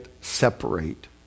separate